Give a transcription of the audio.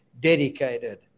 dedicated